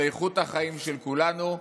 על איכות החיים של כולנו.